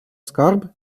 скарб